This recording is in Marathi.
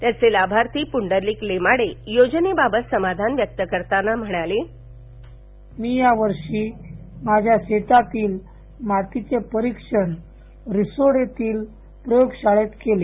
याचे लाभार्थी पुंडलिक लेमाडे योजनेबाबत समाधान व्यक्त करताना म्हणाले मी यावर्षी माझ्या शेतातील मातीचं परिक्षण रिसोड येथील प्रयोगशाळेत केलं